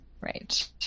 Right